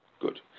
good